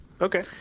Okay